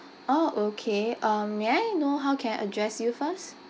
orh okay um may I know how can I address you first